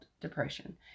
depression